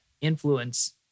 influence